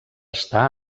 estar